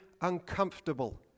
uncomfortable